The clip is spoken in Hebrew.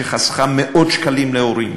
שחסכה מאות שקלים להורים,